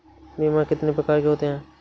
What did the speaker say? बीमा कितनी प्रकार के होते हैं?